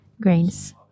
grains